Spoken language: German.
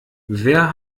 wer